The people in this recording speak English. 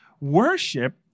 Worship